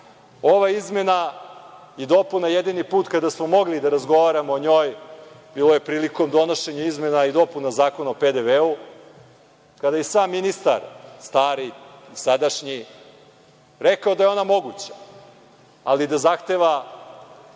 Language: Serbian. ova izmena i dopuna jedini put kada smo mogli da razgovaramo o njoj bila je prilikom donošenja izmena i dopuna Zakona o PDV-u, kada je i sam ministar stari i sadašnji rekao da je ona moguća, ali da zahteva